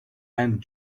and